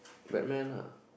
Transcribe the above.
Batman ah